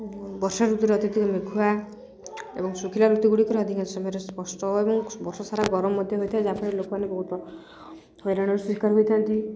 ବର୍ଷା ଋତୁରେ ଅତ୍ୟଧିକ ମେଘୁଆ ଏବଂ ଶୁଖିଲା ଋତୁ ଗୁଡ଼ିକର ଅଧିକ ସମୟରେ ସ୍ପଷ୍ଟ ଏବଂ ବର୍ଷ ସାରା ଗରମ ମଧ୍ୟ ହୋଇଥାଏ ଯାହାଫଳରେ ଲୋକମାନେ ବହୁତ ହଇରାଣର ଶିକାର୍ ହୋଇଥାନ୍ତି